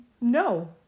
No